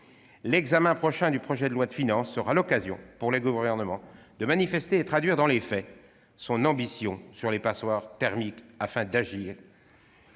L'examen prochain du projet de loi de finances sera l'occasion pour le Gouvernement de manifester et de traduire dans les faits son ambition en matière d'action